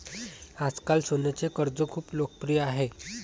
आजकाल सोन्याचे कर्ज खूप लोकप्रिय आहे